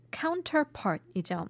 counterpart이죠